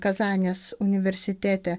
kazanės universitete